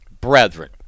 brethren